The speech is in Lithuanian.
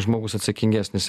žmogus atsakingesnis